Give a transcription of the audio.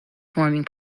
forming